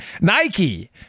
Nike